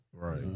Right